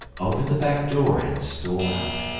opened the back door and stole out.